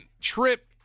trip